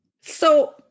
So-